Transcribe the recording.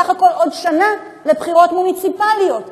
בסך הכול עוד שנה לבחירות מוניציפליות.